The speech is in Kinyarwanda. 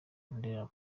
ndera